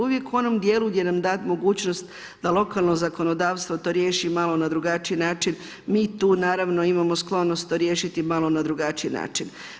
Uvijek u onom dijelu gdje nam da mogućnost da lokalno zakonodavstvo to riješi malo na drugačiji način mi tu naravno imamo sklonost to riješiti malo na drugačiji način.